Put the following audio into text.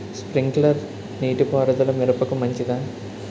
Sprinkler నీటిపారుదల మిరపకు మంచిదా?